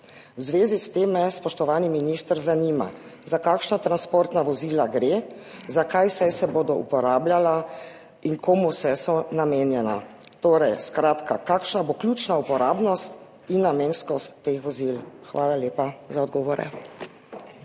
V zvezi s tem me, spoštovani minister, zanima: Za kakšna nemška vojaška transportna vozila gre? Za kaj vse se bodo uporabljala? Komu vse so namenjena? Skratka, kakšna bo ključna uporabnost in namenskost teh vozil. Hvala lepa za odgovore.